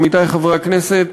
עמיתי חברי הכנסת,